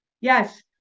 Yes